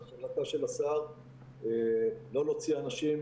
ההחלטה של השר לא להוציא אנשים,